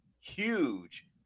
huge